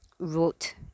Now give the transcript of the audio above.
wrote